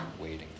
waiting